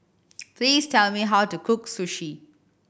please tell me how to cook Sushi